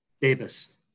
Davis